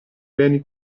beni